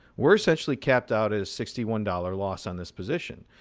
we're essentially capped out at a sixty one dollars loss on this position,